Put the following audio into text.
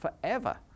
forever